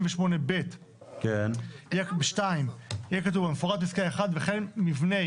שבסעיף 188(ב)(2) יהיה כתוב המפורט בפסקה 1 וכן מבנה,